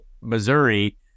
Missouri